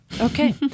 Okay